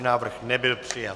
Návrh nebyl přijat.